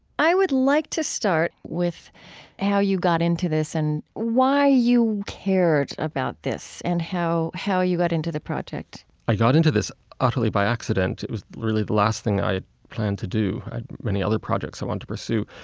i would like to start with how you got into this, and why you cared about this, and how how you got into the project i got into this utterly by accident. it was really the last thing i planned to do. i had many other projects i wanted to pursue.